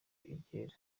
iryera